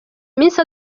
iminsi